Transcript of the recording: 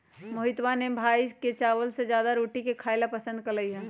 मोहितवा के भाई के चावल से ज्यादा रोटी खाई ला पसंद हई